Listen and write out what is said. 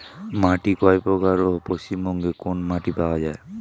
মাটি কয় প্রকার ও পশ্চিমবঙ্গ কোন মাটি পাওয়া য়ায়?